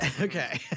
Okay